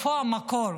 איפה המקור.